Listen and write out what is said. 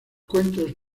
cuentos